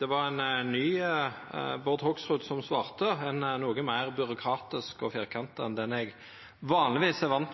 Det var ein ny Bård Hoksrud som svarte – ein noko meir byråkratisk og firkanta enn den eg vanlegvis er van